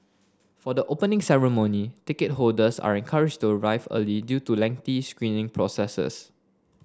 for the Opening Ceremony ticket holders are encouraged to arrive early due to lengthy screening processes